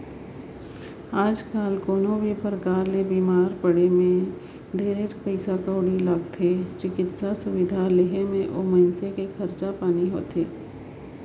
आयज कायल कोनो भी परकार ले बिमारी पड़े मे ढेरेच पइसा कउड़ी लागथे, चिकित्सा सुबिधा लेहे मे ओ मइनसे के खरचा पानी होथे